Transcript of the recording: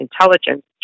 intelligence